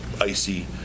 icy